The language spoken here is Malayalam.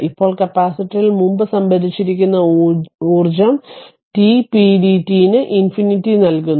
ഇപ്പോൾ കപ്പാസിറ്ററിൽ മുമ്പ് സംഭരിച്ചിരിക്കുന്ന ഊർജ്ജം t pdt ന് ഇൻഫിനിറ്റി നൽകുന്നു